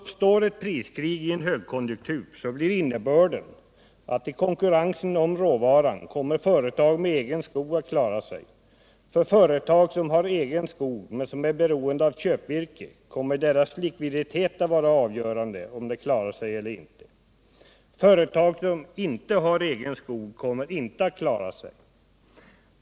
Uppstår ett priskrig i en högkonjunktur, så blir innebörden att i konkurrensen om råvaran kommer företag med egen skog att klara sig. För företag som har egen skog men är beroende av köpvirke kommer likviditeten att vara avgörande för om de klarar sig eller inte. Företag som inte har egen skog kommer inte att klara sig.